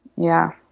yeah.